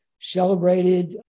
celebrated